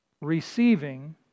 receiving